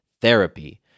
therapy